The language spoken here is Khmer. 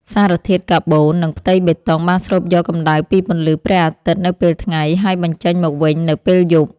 សារធាតុកាបូន និងផ្ទៃបេតុងបានស្រូបយកកម្ដៅពីពន្លឺព្រះអាទិត្យនៅពេលថ្ងៃ ហើយបញ្ចេញមកវិញនៅពេលយប់។